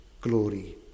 glory